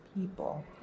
people